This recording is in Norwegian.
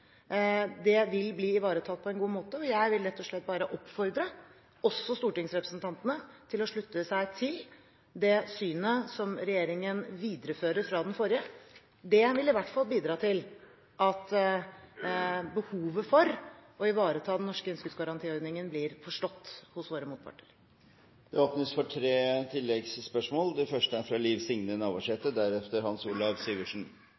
Det vil bli ivaretatt på en god måte. Jeg vil rett og slett bare oppfordre også stortingsrepresentantene til å slutte seg til det synet som regjeringen viderefører fra den forrige. Det vil i hvert fall bidra til at behovet for å ivareta den norske innskuddsgarantiordningen blir forstått hos våre motparter. Det åpnes for tre oppfølgingsspørsmål – først Liv Signe